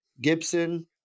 Gibson